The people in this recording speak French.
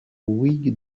whig